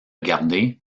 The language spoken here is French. garder